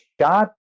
shot